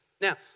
Now